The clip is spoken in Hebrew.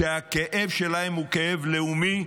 שהכאב שלהם הוא כאב לאומי,